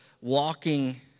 walking